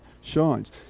shines